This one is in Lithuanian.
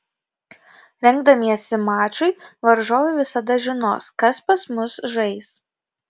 rengdamiesi mačui varžovai visada žinos kas pas mus žais